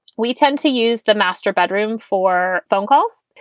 we tend to use the master bedroom for phone calls,